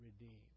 redeemed